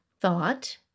thought